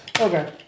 Okay